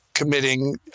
committing